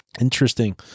Interesting